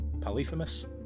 polyphemus